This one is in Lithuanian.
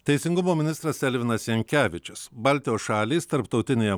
teisingumo ministras elvinas jankevičius baltijos šalys tarptautinėje